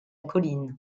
colline